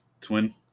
twin